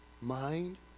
mind